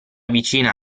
vicina